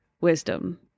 wisdom